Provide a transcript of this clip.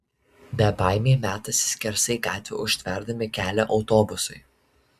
bebaimiai metasi skersai gatvę užtverdami kelią autobusui